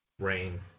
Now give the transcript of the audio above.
rain